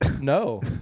no